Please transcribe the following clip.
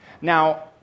Now